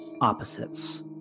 opposites